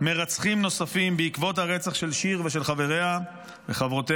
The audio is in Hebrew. מרצחים נוספים בעקבות הרצח של שיר ושל חבריה וחברותיה,